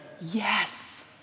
Yes